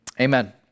Amen